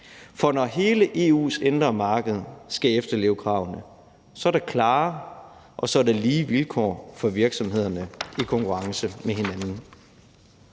For når hele EU's indre marked skal efterleve kravene, er der klare og lige vilkår for virksomhederne i konkurrence med hinanden.